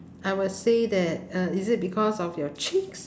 I would say that uh is it because of your cheeks